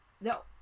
No